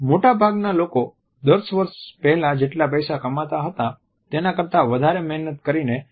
મોટાભાગના લોકો 10 વર્ષ પહેલા જેટલા પૈસા કમાતા હતા તેના કરતા વધારે મહેનત કરીને આજે ઓછા પૈસા કમાય છે